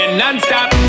non-stop